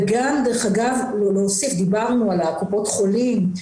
וגם דרך אגב, להוסיף, דיברנו על הקופות חולים,